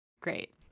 great